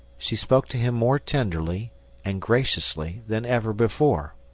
she spoke to him more tenderly and graciously than ever before.